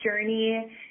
journey